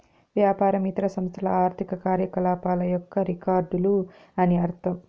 వ్యాపారం ఇతర సంస్థల ఆర్థిక కార్యకలాపాల యొక్క రికార్డులు అని అర్థం